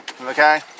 okay